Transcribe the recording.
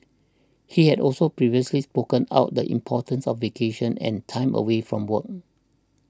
he had also previously spoken about the importance of vacation and time away from work